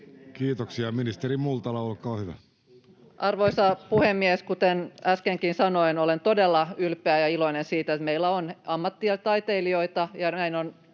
Kiitoksia. — Ministeri Multala, olkaa hyvä. Arvoisa puhemies! Kuten äskenkin sanoin, olen todella ylpeä ja iloinen siitä, että meillä on ammattitaiteilijoita,